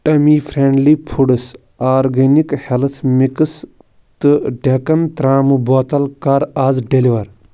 tummy friendly foods organic health mix تہٕ ڈٮ۪کن ترٛامہٕ بوتل کَر آز ڈیٚلِور